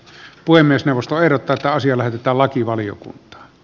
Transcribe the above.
puhemiesneuvosto ehdottaa saa siellä kitalakivaliokunta